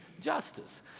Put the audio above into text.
justice